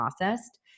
processed